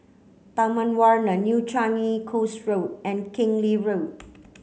Taman Warna New Changi Coast Road and Keng Lee Road